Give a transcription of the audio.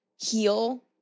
heal